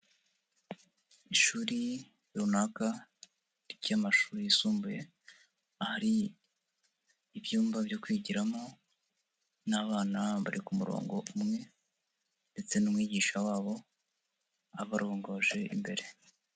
Ishuri runaka ry'amashuri yisumbuye ahari ibyumba byo kwigiramo n'abana bari ku murongo umwe ndetse n'umwigisha wabo abarongoje imbere.